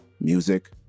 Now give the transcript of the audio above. Music